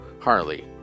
Harley